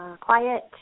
quiet